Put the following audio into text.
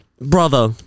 brother